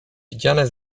widziane